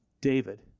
David